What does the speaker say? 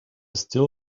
still